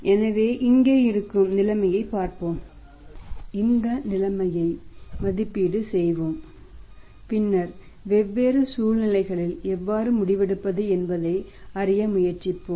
எனவே இங்கே இருக்கும் நிலைமை பார்ப்போம் இந்த நிலைமையை மதிப்பீடு செய்வோம் பின்னர் வெவ்வேறு சூழ்நிலைகளில் எவ்வாறு முடிவெடுப்பது என்பதை அறிய முயற்சிப்போம்